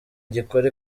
gikora